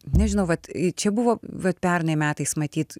nežinau vat čia buvo vat pernai metais matyt